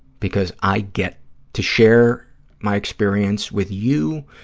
because i get to share my experience with you.